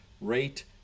rate